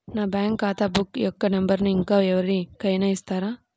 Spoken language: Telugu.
నా బ్యాంక్ ఖాతా బుక్ యొక్క నంబరును ఇంకా ఎవరి కైనా ఇస్తారా?